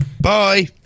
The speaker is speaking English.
Bye